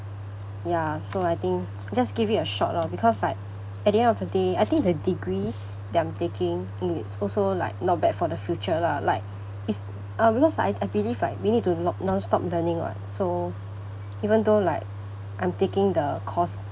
ya so I think just give it a shot lor because like at the end of the day I think the degree that I'm taking is also like not bad for the future lah like it's um because like I believe right we need to loc~ non stop learning [what] so even though like I'm taking the course